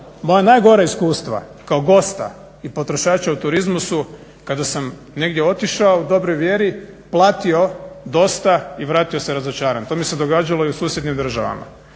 Moja najgora iskustva kao gosta i potrošača u turizmu su kada sam negdje otišao u dobroj vjeri, platio dosta i vratio se razočaran. To mi se događalo u susjednim državama.